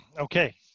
Okay